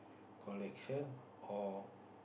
collection or